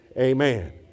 Amen